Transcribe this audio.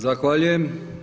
Zahvaljujem.